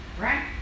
Right